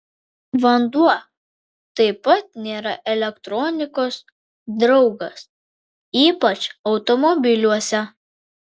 vanduo taip pat nėra elektronikos draugas ypač automobiliuose